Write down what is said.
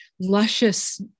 luscious